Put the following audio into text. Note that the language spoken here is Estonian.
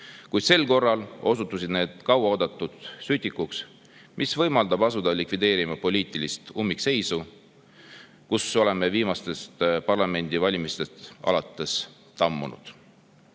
kuid sel korral osutusid need kauaoodatud sütikuks, mis võimaldab asuda likvideerima poliitilist ummikseisu, kus oleme viimastest parlamendivalimistest alates tammunud.